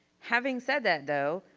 having said that though,